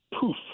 poof